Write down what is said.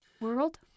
world